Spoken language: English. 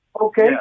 Okay